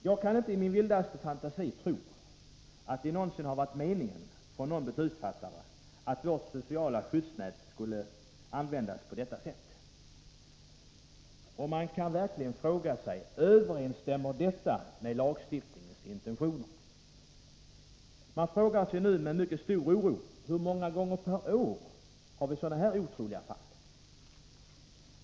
Jag kan inte i min vildaste fantasi tro att det någonsin har varit någon beslutsfattares avsikt att vårt sociala skyddsnät skulle användas på detta sätt. Man kan verkligen fråga sig: Överensstämmer detta med lagstiftningens intentioner? Man frågar sig också med stor oro: Hur många gånger per år har vi sådana här otroliga fall?